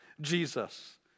Jesus